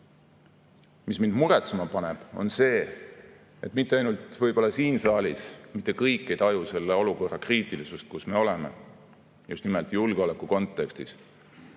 Mis mind muretsema paneb, on see, et mitte ainult siin saalis mitte kõik ei taju selle olukorra kriitilisust, kus me oleme, just nimelt julgeoleku kontekstis,